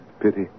Pity